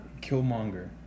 Killmonger